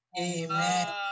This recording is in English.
Amen